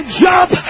jump